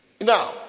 Now